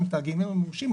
הם תאגידים מורשים,